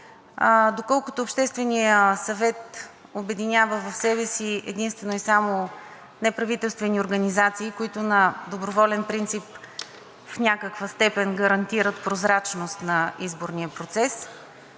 Доколкото Общественият съвет обединява в себе си единствено и само неправителствени организации, които на доброволен принцип в някаква степен гарантират прозрачност на изборния процес